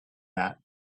that